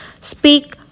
speak